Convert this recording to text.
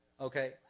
Okay